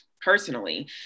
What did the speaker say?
personally